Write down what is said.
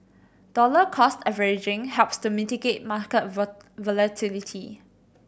dollar cost averaging helps to mitigate market volatility